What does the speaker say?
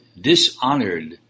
dishonored